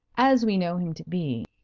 as we know him to be,